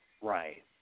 Right